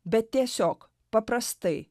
bet tiesiog paprastai